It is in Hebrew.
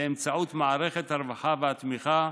באמצעות מערכת הרווחה והתמיכה,